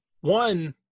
one